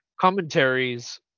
commentaries